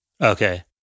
Okay